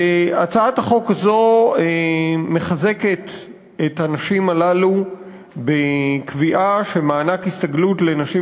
הצעת החוק הזאת מחזקת את הנשים הללו בקביעה שמענק הסתגלות לנשים